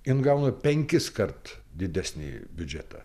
jin gauna penkiskart didesnį biudžetą